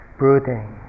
brooding